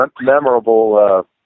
memorable